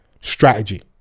Strategy